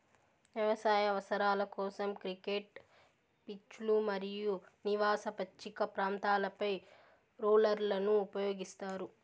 వ్యవసాయ అవసరాల కోసం, క్రికెట్ పిచ్లు మరియు నివాస పచ్చిక ప్రాంతాలపై రోలర్లను ఉపయోగిస్తారు